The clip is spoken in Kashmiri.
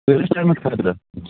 کۭتِس ٹایِمس خٲطرٕ